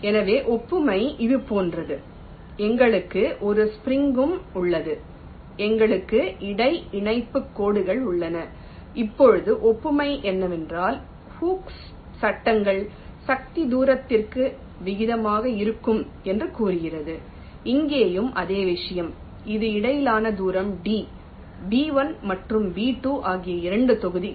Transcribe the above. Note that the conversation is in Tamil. எனவே ஒப்புமை இது போன்றது எங்களுக்கு ஒரு ஸ்ப்ரிங் ம் உள்ளது எங்களுக்கு இடை இணைப்பு கோடுகள் உள்ளன இப்போது ஒப்புமை என்னவென்றால் ஹூக்கின்Hooke's சட்டங்கள் சக்தி தூரத்திற்கு விகிதமாக இருக்கும் என்று கூறுகிறது இங்கேயும் அதே விஷயம் இது இடையிலான தூரம் d B1 மற்றும் B2 ஆகிய இரண்டு தொகுதிகள்